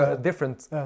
different